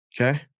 Okay